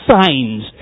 signs